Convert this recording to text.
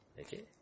Okay